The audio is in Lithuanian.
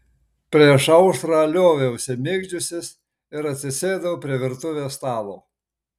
prieš aušrą lioviausi migdžiusis ir atsisėdau prie virtuvės stalo